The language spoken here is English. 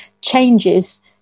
changes